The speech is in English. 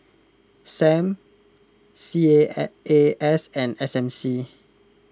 Sam C A A S and S M C